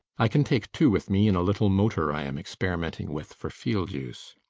i can take two with me in a little motor i am experimenting with for field use.